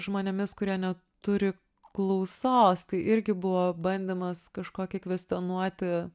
žmonėmis kurie neturi klausos tai irgi buvo bandymas kažkokį kvestionuoti